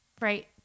right